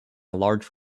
large